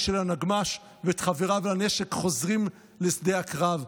של הנגמ"ש ואת חבריו לנשק חוזרים לשדה הקרב.